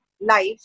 life